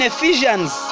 Ephesians